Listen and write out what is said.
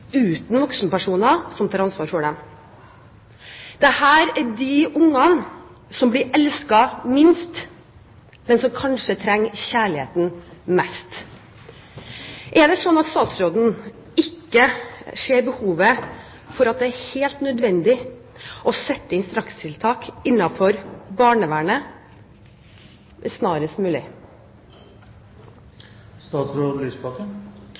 uten voksenpersoner som tar ansvar for dem. Dette er de ungene som blir elsket minst, men som kanskje trenger kjærligheten mest. Er det sånn at statsråden ikke ser at det er helt nødvendig å sette inn strakstiltak innenfor barnevernet snarest